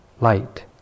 light